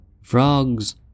Frogs